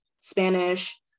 Spanish